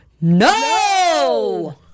no